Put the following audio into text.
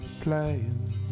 playing